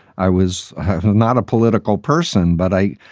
i was not a political person, but i.